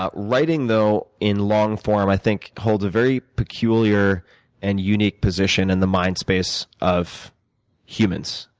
ah writing though, in long form, i think holds a very peculiar and unique position in the mind space of humans.